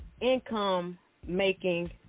income-making